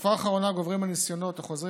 בתקופה האחרונה גוברים הניסיונות החוזרים